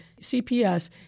cps